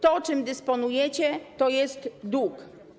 To, czym dysponujecie, to jest dług.